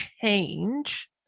change